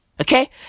okay